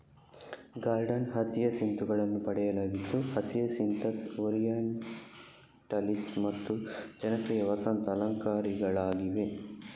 garden ಹಸಿಯಸಿಂತುಗಳನ್ನು ಪಡೆಯಲಾಗಿದ್ದು hyacinthus, orientalis ಮತ್ತು ಜನಪ್ರಿಯ ವಸಂತ ಅಲಂಕಾರಿಕಗಳಾಗಿವೆ